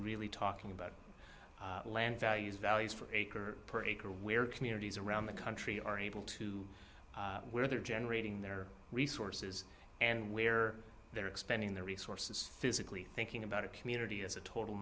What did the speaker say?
really talking about land values values for acre per acre where communities around the country are able to where they're generating their resources and where they're expanding their resources physically thinking about a community as a total